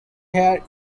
here